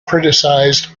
criticized